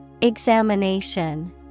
Examination